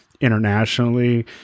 internationally